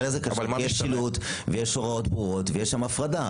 יש שילוט ויש הוראות ברורות, ויש שם הפרדה.